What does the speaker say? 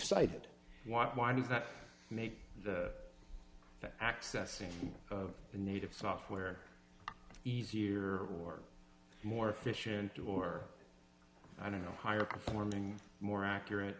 why why does that make accessing the native software easier or more efficient or i don't know higher performing more accurate